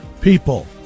people